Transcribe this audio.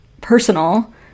personal